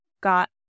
got